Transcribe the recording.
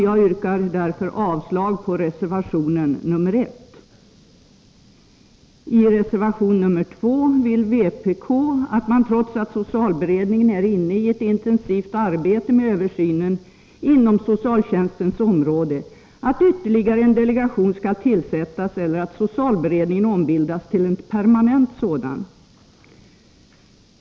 Jag yrkar avslag på reservation nr 1. I reservation nr 2 vill vpk, trots att socialberedningen är inne i ett intensivt arbete med översynen inom socialtjänstens område, att ytterligare en delegation skall tillsättas eller att socialberedningen skall ombildas till en permanent sådan.